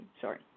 Sorry